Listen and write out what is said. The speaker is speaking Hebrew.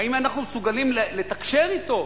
האם אנחנו מסוגלים לתקשר אתו?